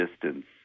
distance